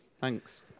Thanks